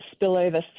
spillover